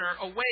away